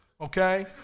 okay